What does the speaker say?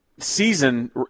season